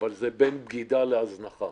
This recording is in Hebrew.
אבל זה בין בגידה להזנחה.